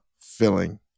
filling